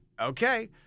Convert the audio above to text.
okay